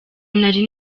nari